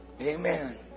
Amen